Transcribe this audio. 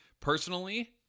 personally